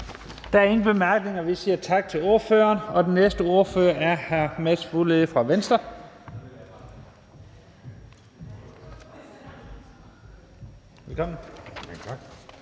Der er ingen korte bemærkninger. Vi siger tak til ordføreren, og den næste ordfører er hr. Mads Fuglede fra Venstre. Velkommen. Kl.